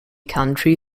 county